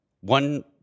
One